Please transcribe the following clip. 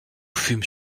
fûmes